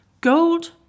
Gold